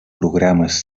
programes